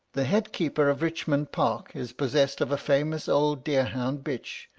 the head keeper of richmond park is possessed of a famous old deer-hound bitch,